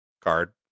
card